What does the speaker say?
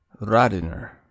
Radiner